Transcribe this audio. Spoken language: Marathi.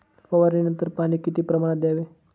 फवारणीनंतर पाणी किती प्रमाणात द्यावे?